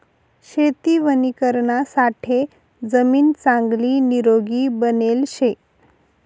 शेती वणीकरणासाठे जमीन चांगली निरोगी बनेल शे